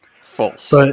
False